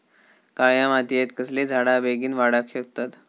काळ्या मातयेत कसले झाडा बेगीन वाडाक शकतत?